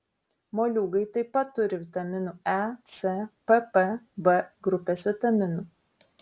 moliūgai taip pat turi vitaminų e c pp b grupės vitaminų